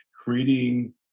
creating